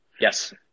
Yes